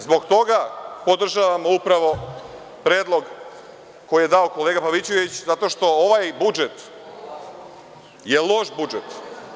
Zbog toga podržavam upravo predlog koji je dao kolega Pavićević, zato što ovaj budžet je loš budžet.